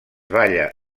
balla